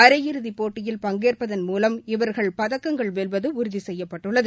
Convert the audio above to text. அரையிறுதிப் போட்டியில் பங்கேற்பதன் மூலம் இவர்கள் பதக்கங்கள் வெல்வது உறுதி செய்யப்பட்டுள்ளது